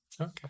Okay